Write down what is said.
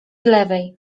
lewej